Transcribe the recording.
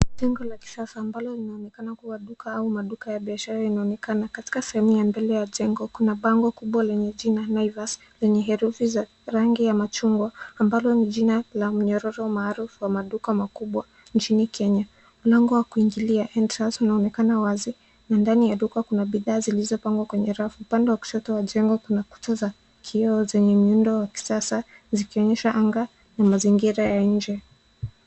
Kitengo la kisasa ambalo linaonekana kuwa duka au maduka ya biashara inaonekana. Katika sehemu ya mbele la jengo, kuna bango kubwa lenye jina Naivas lenye herufi za rangi ya machungwa ambalo ni jina la mnyororo maarufu wa maduka makubwa nchini Kenya. Mlango wa kuingilia, entrance , unaonekana wazi na ndani ya duka kuna bidhaa zilizopangwa kwenye rafu. Upande wa kushoto wa jengo, kuna kuta za kioo zenye miundo wa kisasa zikionyesha anga na mazingira ya nje.